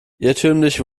irrtümlich